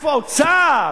איפה האוצר?